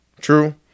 True